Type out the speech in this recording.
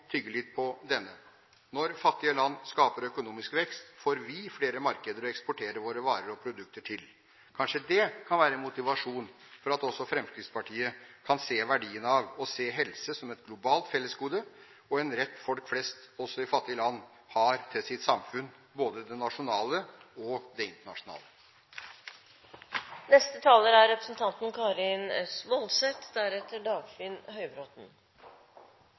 tygge litt på denne: Når fattige land skaper økonomisk vekst, får vi flere markeder å eksportere våre varer og produkter til. Kanskje det kan være motivasjon for at også Fremskrittspartiet kan se verdien av å se helse som et globalt fellesgode og en rett folk flest – også i fattige land – har til sitt samfunn, både det nasjonale og det internasjonale. Først vil jeg kommentere det representanten